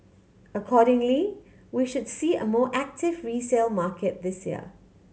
accordingly we should see a more active resale market this year